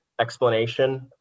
explanation